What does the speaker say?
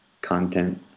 content